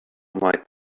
maith